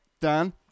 Dan